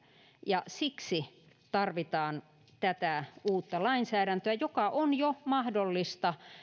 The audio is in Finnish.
ja siksi tarvitaan tätä uutta lainsäädäntöä joka on jo mahdollista